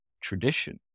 tradition